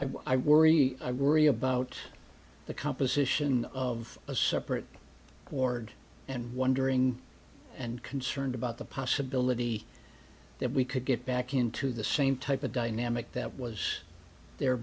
think i worry i worry about the composition of a separate board and wondering and concerned about the possibility that we could get back into the same type of dynamic that was there